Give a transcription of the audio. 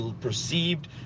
perceived